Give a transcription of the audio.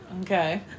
Okay